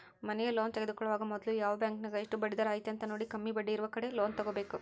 ಮನೆಯ ಲೋನ್ ತೆಗೆದುಕೊಳ್ಳುವಾಗ ಮೊದ್ಲು ಯಾವ ಬ್ಯಾಂಕಿನಗ ಎಷ್ಟು ಬಡ್ಡಿದರ ಐತೆಂತ ನೋಡಿ, ಕಮ್ಮಿ ಬಡ್ಡಿಯಿರುವ ಕಡೆ ಲೋನ್ ತಗೊಬೇಕು